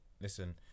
listen